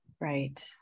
Right